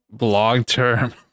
Long-term